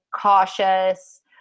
cautious